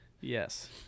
Yes